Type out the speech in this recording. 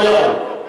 לא יכול.